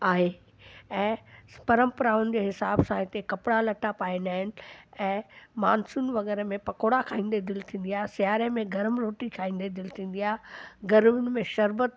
आहे ऐं परंपराउनि जे हिसाब सां हिते कपिड़ा लटा पाईंदा आहिनि ऐं मानसून वग़ैराह में पकोड़ा खाईंदे दिलि थींदी आहे सीआरे में गरम रोटी दिलि थींदी आहे गर्मी में शरबतु